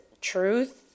truth